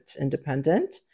independent